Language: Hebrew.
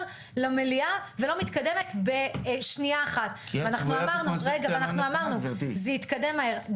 למליאה ולא מתקדמת בשנייה אחת ואנחנו אמרנו זה יתקדם מהר,